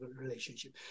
relationship